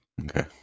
Okay